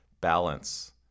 balance